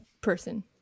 person